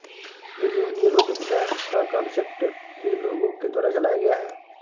millennial उद्यमिता का concept भी लोगों के द्वारा चलाया गया है